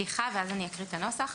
פתיחה ואז אקריא את הנוסח.